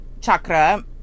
chakra